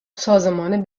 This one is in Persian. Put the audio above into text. سازمان